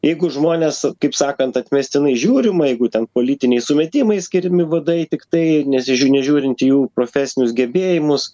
jeigu žmonės kaip sakant atmestinai žiūrima jeigu ten politiniais sumetimais skiriami vadai tiktai nesižiū nežiūrint į jų profesinius gebėjimus